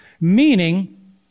meaning